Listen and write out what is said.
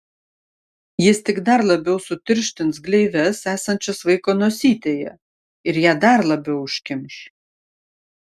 jis tik dar labiau sutirštins gleives esančias vaiko nosytėje ir ją dar labiau užkimš